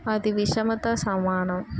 అది విషమత సమానం